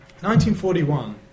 1941